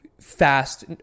fast